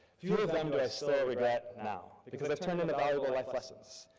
few of them do i still regret now because they've turned into valuable life lessons.